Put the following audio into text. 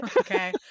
Okay